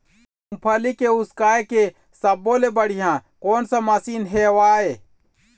मूंगफली के उसकाय के सब्बो ले बढ़िया कोन सा मशीन हेवय?